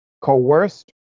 coerced